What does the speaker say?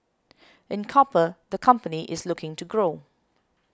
in copper the company is looking to grow